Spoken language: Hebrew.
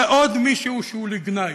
זה עוד מישהו שהוא לגנאי.